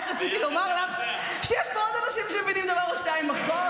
רק רציתי לומר לך שיש פה עוד אנשים שמבינים דבר או שניים בחיים.